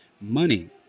Money